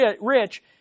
rich